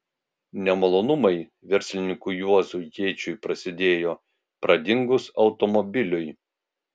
nemalonumai verslininkui juozui jėčiui prasidėjo pradingus automobiliui